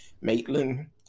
Maitland